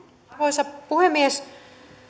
arvoisa puhemies